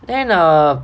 then err